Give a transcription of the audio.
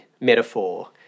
metaphor